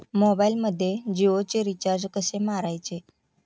मोबाइलमध्ये जियोचे रिचार्ज कसे मारायचे?